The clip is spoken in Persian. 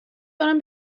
دارم